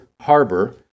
harbor